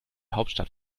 hauptstadt